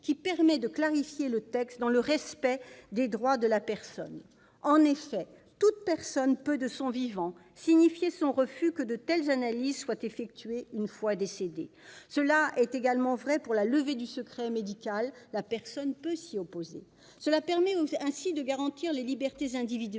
qui permet de le clarifier, dans le respect des droits de la personne. En effet, toute personne peut, de son vivant, signifier son refus que de telles analyses soient effectuées une fois qu'elle sera décédée. Cela est également vrai pour la levée du secret médical : la personne peut s'y opposer. Cela permet ainsi de garantir les libertés individuelles,